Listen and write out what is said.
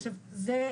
עכשיו זה,